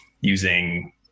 using